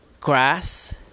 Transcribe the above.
Grass